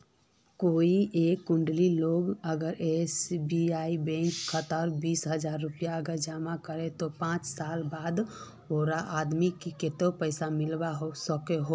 कोई एक कुंडा लोग अगर एस.बी.आई बैंक कतेक बीस हजार रुपया अगर जमा करो ते पाँच साल बाद उडा आदमीक कतेरी पैसा मिलवा सकोहो?